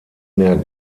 mehr